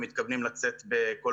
בכל